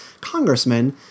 congressmen